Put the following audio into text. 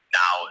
now